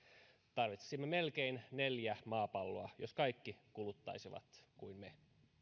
tarvitsisimme melkein neljä maapalloa jos kaikki kuluttaisivat kuin me